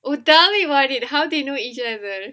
tell me about it how they know each other